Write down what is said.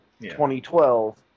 2012